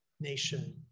nation